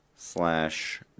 Slash